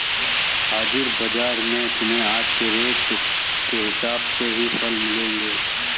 हाजिर बाजार में तुम्हें आज के रेट के हिसाब से ही फल मिलेंगे